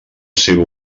seva